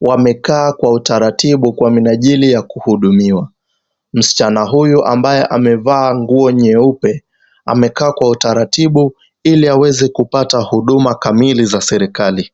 wamekaa kwa utaratibu kwa minajili ya kuhudumiwa. Msichana huyu ambaye amevaa nguo nyeupe amekaa kwa utaratibu ili aweze kupata huduma kamili za serikali.